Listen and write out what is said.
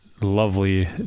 lovely